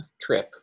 trip